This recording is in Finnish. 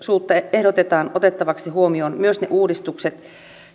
ehdotetaan otettavaksi huomioon myös ne uudistukset